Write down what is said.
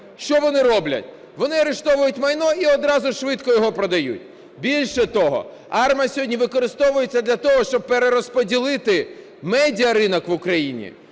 Що вони роблять? Вони арештовують майно і одразу швидко його продають. Більше того, АРМА сьогодні використовується для того, щоб перерозподілити медіа-ринок в Україні.